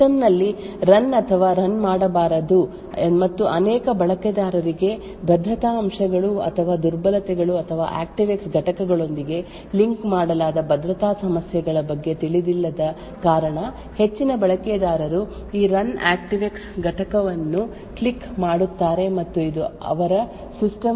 system ನಲ್ಲಿ run ಅಥವಾ run ಮಾಡಬಾರದು ಮತ್ತು ಅನೇಕ ಬಳಕೆದಾರರಿಗೆ ಭದ್ರತಾ ಅಂಶಗಳು ಅಥವಾ ದುರ್ಬಲತೆಗಳು ಅಥವಾ ಆಕ್ಟಿವ್ಎಕ್ಸ್ ಘಟಕಗಳೊಂದಿಗೆ ಲಿಂಕ್ ಮಾಡಲಾದ ಭದ್ರತಾ ಸಮಸ್ಯೆಗಳ ಬಗ್ಗೆ ತಿಳಿದಿಲ್ಲದ ಕಾರಣ ಹೆಚ್ಚಿನ ಬಳಕೆದಾರರು ಈ ರನ್ ಆಕ್ಟಿವ್ಎಕ್ಸ್ ಘಟಕವನ್ನು ಕ್ಲಿಕ್ ಮಾಡುತ್ತಾರೆ ಮತ್ತು ಇದು ಅವರ ಸಿಸ್ಟಮ್ ಆಗಿರುವುದರಿಂದ ರಾಜಿ ಮಾಡಿಕೊಂಡಿದ್ದಾರೆ